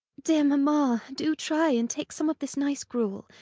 dear mamma, do try and take some of this nice gruel.